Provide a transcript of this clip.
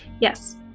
Yes